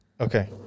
Okay